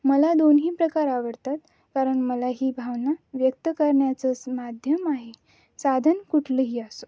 मला दोन्ही प्रकार आवडतात कारण मला ही भावना व्यक्त करण्याचं माध्यम आहे साधन कुठलंही असो